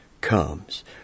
comes